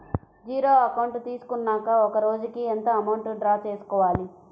Zero account తీసుకున్నాక ఒక రోజుకి ఎంత అమౌంట్ డ్రా చేసుకోవాలి?